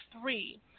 three